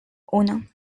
uno